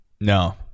No